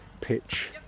pitch